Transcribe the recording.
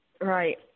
Right